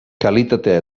kalitatea